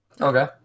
Okay